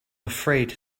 afraid